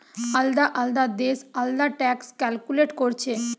আলদা আলদা দেশ আলদা ট্যাক্স ক্যালকুলেট কোরছে